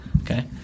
okay